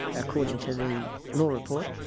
according to the law report,